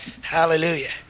hallelujah